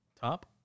top